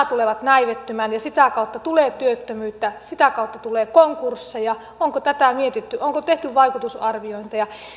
tulevat näivettymään ja sitä kautta tulee työttömyyttä sitä kautta tulee konkursseja onko tätä mietitty onko tehty vaikutusarviointeja